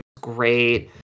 great